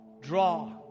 draw